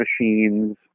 machines